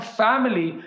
family